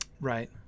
Right